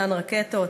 אותן רקטות.